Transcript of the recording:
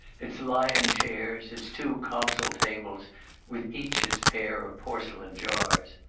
its lion chairs, its two console tables with each its pair of porcelain jars.